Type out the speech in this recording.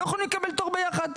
לא יכולים לקבל תור ביחד.